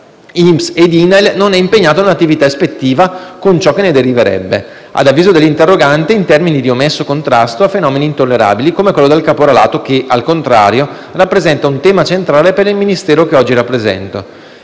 INPS ed INAIL non è impegnato nell'attività ispettiva, con ciò che ne deriverebbe - ad avviso dell'interrogante - in termini di omesso contrasto a fenomeni intollerabili come quello del caporalato che, al contrario, rappresenta un tema centrale per il Ministero che oggi rappresento.